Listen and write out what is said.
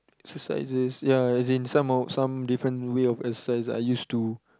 exercises yeah as in some of some different way of exercise I use to